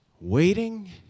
Waiting